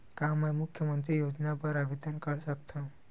का मैं मुख्यमंतरी योजना बर आवेदन कर सकथव?